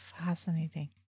Fascinating